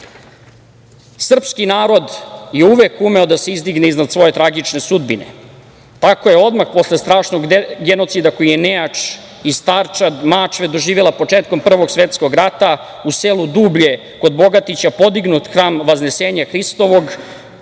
narod je uvek umeo da se izdigne iznad svoje tragične sudbine. Tako je odmah posle strašnog genocida koji je nejač i starčad Mačve doživela početkom Prvog svetskog rata u selu Dublje kod Bogatića podignut hram Vaznesenja Hristovog